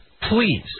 please